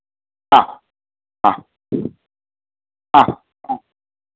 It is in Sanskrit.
हा हा हा हा